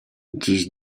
dziś